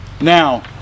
Now